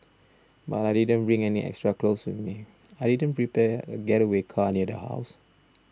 but I didn't bring any extra clothes with me I didn't prepare a getaway car near the house